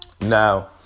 Now